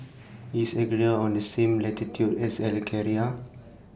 IS Algeria on The same latitude as Algeria